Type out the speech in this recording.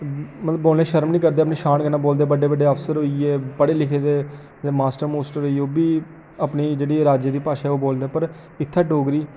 मतलब बोलने च शर्म नेई करदे अपने शान कन्नै बोलदे बड्डे बड्डे अफसर होई गे पढ़े लिखे दे मास्टर मुस्टर होई गे ओह् बी अपनी जेह्ड़ी राज्य दी भाशा ओह् बोलदे पर इत्थै डोगरी